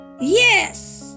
Yes